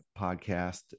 podcast